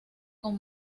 con